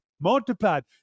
Multiplied